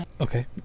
okay